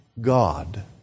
God